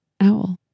owl